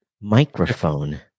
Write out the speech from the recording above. microphone